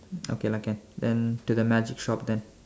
okay lah can then to the magic shop then